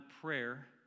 prayer